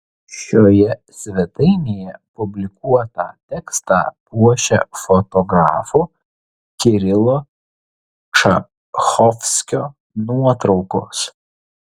šioje svetainėje publikuotą tekstą puošia fotografo kirilo čachovskio nuotraukos